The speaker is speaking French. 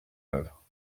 œuvre